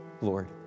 Lord